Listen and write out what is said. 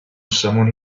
someone